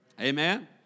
amen